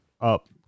up